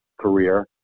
career